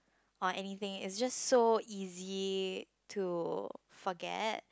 or anything is just so easy to forget